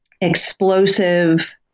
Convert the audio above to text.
explosive